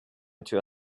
into